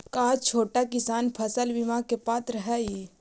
का छोटा किसान फसल बीमा के पात्र हई?